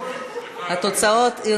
את הצעת חוק